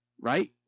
right